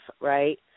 right